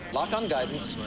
lock on guidance.